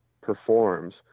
performs